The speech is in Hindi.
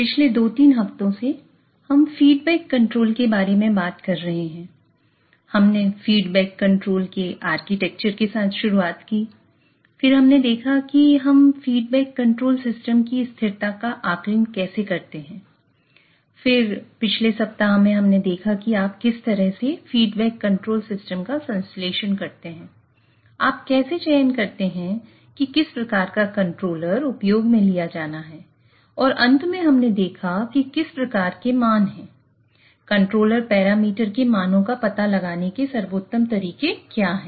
पिछले 2 3 हफ्तों से हम फीडबैक कंट्रोल के मानो का पता लगाने के सर्वोत्तम तरीके क्या हैं